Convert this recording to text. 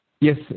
Yes